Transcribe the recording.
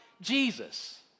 Jesus